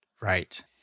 Right